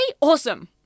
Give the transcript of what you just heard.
Awesome